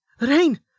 Rain